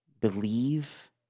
believe